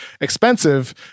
expensive